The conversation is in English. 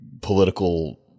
political